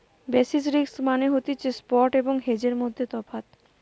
basis risk মানে হতিছে spot এবং হেজের মধ্যে তফাৎ